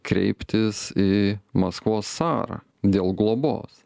kreiptis į maskvos carą dėl globos